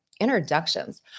introductions